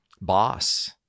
boss